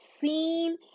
seen